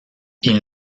ils